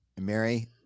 Mary